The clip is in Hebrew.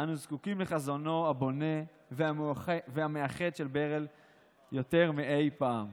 אנו זקוקים לחזונו הבונה והמאחד של ברל יותר מאי פעם.